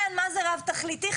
רב תכליתי.